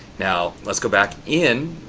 now, let's go back in.